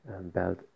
belt